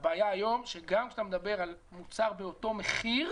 הבעיה היום היא כשגם כשאתה מדבר על מוצר באותו מחיר,